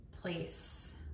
place